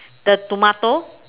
the tomato